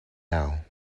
how